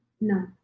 No